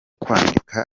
kwandika